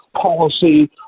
policy